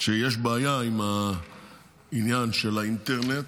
שיש בעיה עם העניין של האינטרנט.